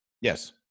Yes